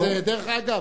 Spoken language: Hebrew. דרך אגב,